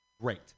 Great